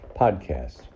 podcast